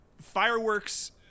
fireworks